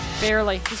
Barely